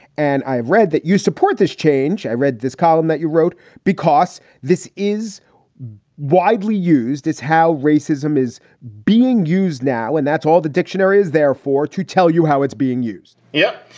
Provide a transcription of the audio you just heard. and i've read that you support this change. i read this column that you wrote because this is widely used. it's how racism is being used now. and that's all the dictionary is, therefore, to tell you how it's being used yeah,